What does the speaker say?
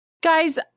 Guys